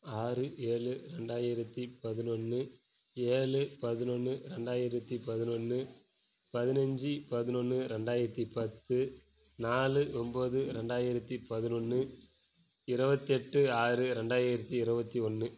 ஆறு ஏழு ரெண்டாயிரத்து பதினொன்று ஏழு பதினொன்று ரெண்டாயிரத்து பதினொன்று பதினைஞ்சி பதினொன்று ரெண்டாயிரத்து பத்து நாலு ஒம்பது ரெண்டாயிரத்து பதினொன்று இருபத்தெட்டு ஆறு ரெண்டாயிரத்து இருபத்தி ஒன்று